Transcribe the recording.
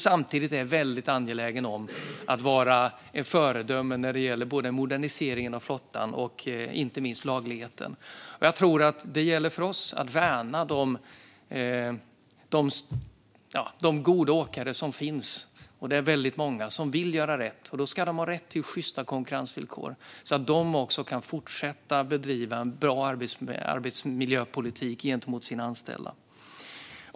Samtidigt är man mycket angelägen om att vara ett föredöme när det gäller både moderniseringen av flottan och inte minst lagligheten. Det gäller för oss att värna de goda åkare som finns, och det är väldigt många som vill göra rätt. Då ska de ha rätt till sjysta konkurrensvillkor, så att de kan fortsätta bedriva en bra arbetsmiljöpolitik gentemot sina anställda.